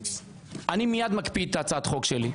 אני מייד מקפיא את הצעת החוק שלי.